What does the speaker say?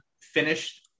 finished